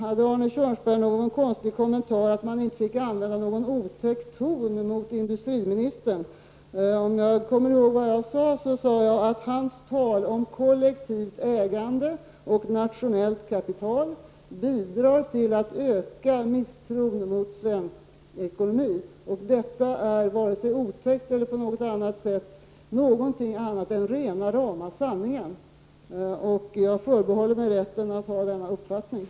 Arne Kjörnsberg gjorde en konstig kommentar att man inte fick använda någon otäck ton mot industriministern. Om jag kommer ihåg vad jag sade var det att hans tal om kollektivt ägande och nationellt kapital bidrar till att öka misstron mot svensk ekonomi. Detta är vare sig otäckt eller någonting annat än rena rama sanningen. Jag förbehåller mig rätten att ha den uppfattningen.